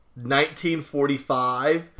1945